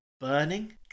Burning